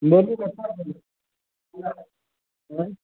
मोदीके साथ देलियै पूरा करू आएँ